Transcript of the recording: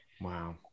Wow